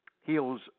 heals